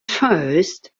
first